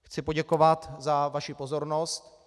Chci poděkovat za vaši pozornost.